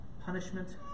punishment